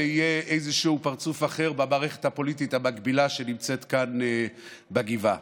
ויהיה איזשהו פרצוף אחר במערכת הפוליטית המקבילה שנמצאת כאן בגבעה.